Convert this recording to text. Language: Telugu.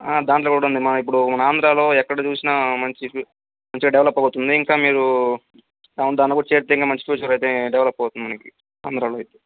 ఆ దాంట్లో కూడా ఉంది మన ఇప్పుడు మన ఆంధ్రాలో ఎక్కడ చూసినా మంచి మంచిగా డెవలప్ అవుతుంది ఇంకా మీరు కూడా చేరితే ఇంకా మంచి ఫ్యూచర్ అయితే డెవలప్ అవుతుంది మనకి ఆంధ్రాలో అయితే